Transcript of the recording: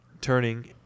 turning